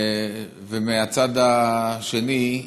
ומהצד השני,